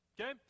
Okay